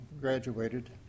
graduated